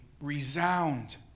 resound